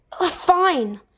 Fine